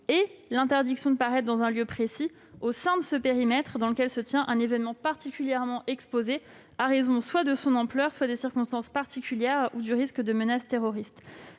et l'interdiction de paraître dans un lieu précis inclus dans ce périmètre et dans lequel se tient un événement particulièrement exposé à raison, soit de son ampleur, soit des circonstances particulières, au risque de menace terroriste.